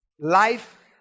Life